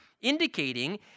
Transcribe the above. indicating